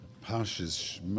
Pasha's